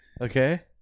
Okay